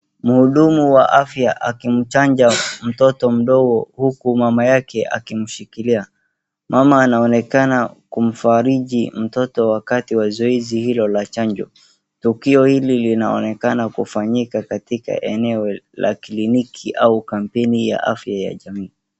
Mhudumu wa afya akimchanja mtoto mdogo uku mama yake akimshikilia. Mama anaonekana kumfariji mtoto wakati wa zoezi hilo la chanjo. Tukio hili linaonekana kufanyika katika eneo la kliniki au kampeni ya afya ya jamii.